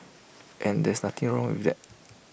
and there's nothing wrong with that